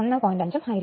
5 ഉം ആയിരിക്കും